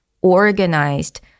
organized